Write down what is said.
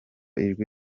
ijwi